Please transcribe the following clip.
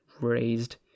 raised